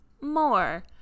more